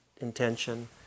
intention